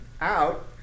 out